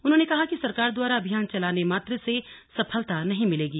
उन्होंने कहा कि सरकार द्वारा अभियान चलाने मात्र से सफलता नहीं मिलेगी